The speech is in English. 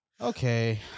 Okay